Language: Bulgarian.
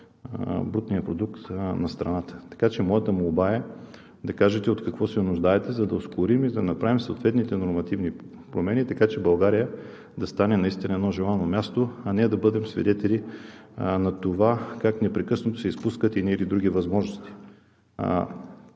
брутния продукт на страната. Така че моята молба е да кажете от какво се нуждаете, за да ускорим и да направим съответните нормативни промени, така че България да стане наистина едно желано място, а не да бъдем свидетели на това как непрекъснато се изпускат едни или други възможности.